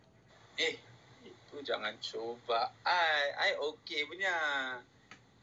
eh itu jangan cuba I I okay punya